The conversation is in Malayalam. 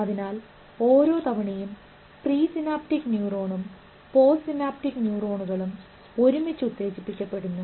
അതിനാൽ ഓരോ തവണയും പ്രീ സിനാപ്റ്റിക് ന്യൂറോണും പോസ്റ്റ് സിനാപ്റ്റിക് ന്യൂറോണുകളും ഒരുമിച്ച് ഉത്തേജിപ്പിക്കപെടുന്നു